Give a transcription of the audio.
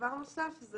דבר נוסף.